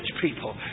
people